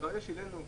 למה?